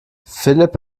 philipp